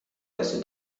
کسی